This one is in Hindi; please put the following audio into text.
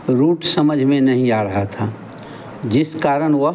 रूट समझ में नहीं आ रहा था जिस कारण वह